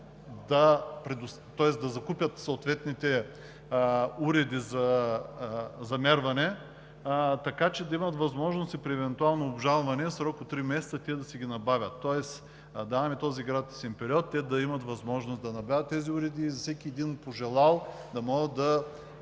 да закупят съответните уреди за замерване, така че да имат възможност и при евентуално обжалване в срок от 3 месеца да си ги набавят, тоест даваме този гратисен период да имат възможност да си набавят тези уреди и да могат да ги